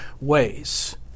ways